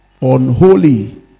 unholy